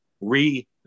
re